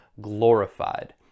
glorified